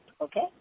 Okay